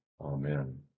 Amen